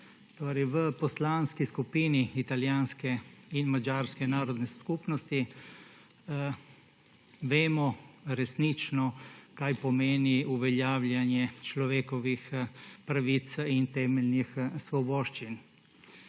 Uraim! V Poslanski skupini italijanske in madžarske narodne skupnosti vemo resnično, kaj pomeni uveljavljanje človekovih pravic in temeljnih svoboščin.